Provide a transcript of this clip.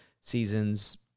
seasons